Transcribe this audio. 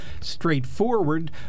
straightforward